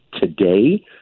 today